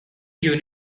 you